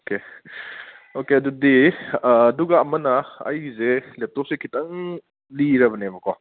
okay okay ꯑꯗꯨꯗꯤ ꯑꯥ ꯑꯗꯨꯒ ꯑꯃꯅ ꯑꯩꯒꯤꯁꯦ ꯂꯦꯞꯇꯣꯞꯁꯦ ꯈꯤꯇꯪ ꯂꯤꯔꯕꯅꯦꯕꯀꯣ